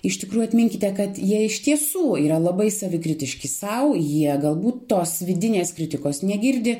iš tikrųjų atminkite kad jie iš tiesų yra labai savikritiški sau jie galbūt tos vidinės kritikos negirdi